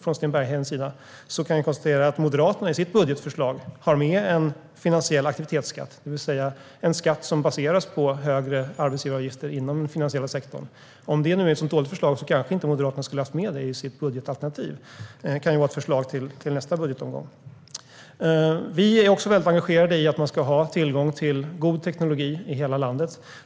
Jag kan dock konstatera att Moderaterna i sitt budgetförslag har med en finansiell aktivitetsskatt, det vill säga en skatt som baseras på högre arbetsgivaravgifter inom den finansiella sektorn. Om detta nu är ett sådant dåligt förslag kanske inte Moderaterna skulle ha haft med det i sitt budgetalternativ. Det kan vara ett förslag till nästa budgetomgång. Vi är väldigt engagerade i att man ska ha tillgång till god teknologi i hela landet.